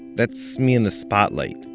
that's me in the spotlight,